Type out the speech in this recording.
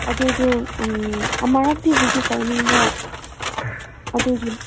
ꯑꯗꯨꯗꯣ ꯑꯃꯨꯛꯇꯤ ꯚꯤꯖꯤꯠ ꯇꯧꯅꯤꯡꯕ ꯑꯗꯨꯒꯤ